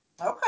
Okay